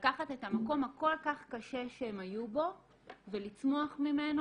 לקחת את המקום הכל כך קשה שהם היו בו ולצמוח ממנו